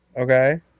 Okay